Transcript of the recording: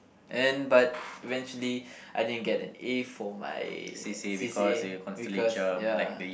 and but eventually I didn't get an A for my c_c_a because ya